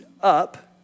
up